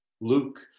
Luke